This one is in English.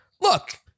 Look